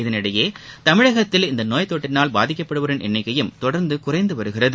இதனினடயே தமிழகத்தில் இந்த நோய் தொற்றினால் பாதிக்கப்படுவோரின் எண்ணிக்கையும் தொடர்ந்து குறைந்து வருகிறது